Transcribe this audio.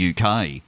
UK